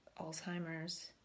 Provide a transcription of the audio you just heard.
alzheimer's